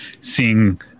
seeing